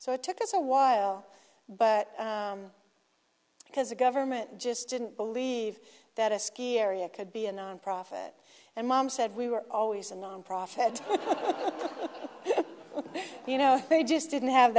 so it took us a while but because the government just didn't believe that a ski area could be a nonprofit and mom said we were always a nonprofit you know they just didn't have